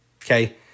Okay